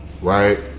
right